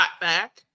back